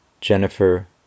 Jennifer